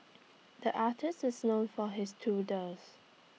the artist is known for his doodles